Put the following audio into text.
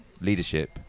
leadership